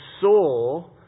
saw